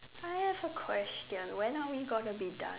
I have a question when are we gonna be done